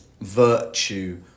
virtue